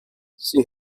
sie